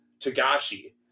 Togashi